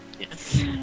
Yes